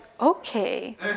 Okay